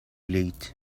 late